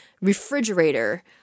refrigerator